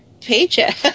paycheck